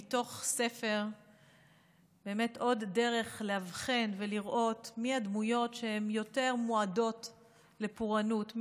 מתוך ספר עוד דרך לאבחן ולראות מי הדמויות שיותר מועדות לפורענות,